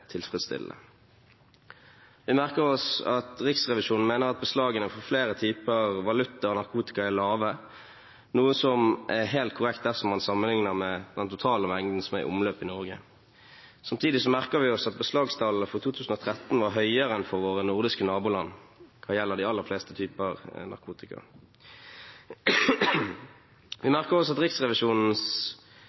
tilfredsstillende. Vi merker oss at Riksrevisjonen mener at beslagene for flere typer valuta og narkotika er lave, noe som er helt korrekt dersom man sammenligner med den totale mengden som er i omløp i Norge. Samtidig merker vi oss at beslagstallene for 2013 var høyere enn for våre nordiske naboland hva gjelder de aller fleste typer narkotika. Vi merker oss Riksrevisjonens bemerkning om at